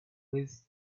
width